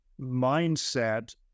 mindset